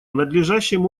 надлежащим